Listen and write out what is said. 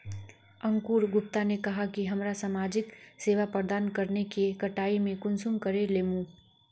अंकूर गुप्ता ने कहाँ की हमरा समाजिक सेवा प्रदान करने के कटाई में कुंसम करे लेमु?